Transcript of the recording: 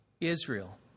Israel